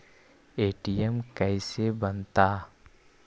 ATM कैसे बनता?